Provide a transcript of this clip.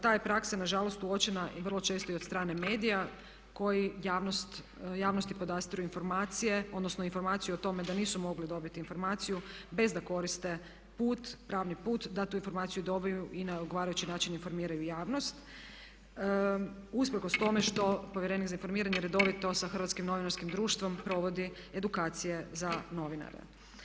Ta je praksa na žalost uočena vrlo često i od strane medija koji javnosti podastiru informacije, odnosno informaciju o tome da nisu mogli dobiti informaciju bez da koriste put, pravni put, datu informaciju dobiju i na odgovarajući način informiraju javnost usprkos tome što povjerenik za informiranje redovito sa Hrvatskim novinarskim društvom provodi edukacije za novinare.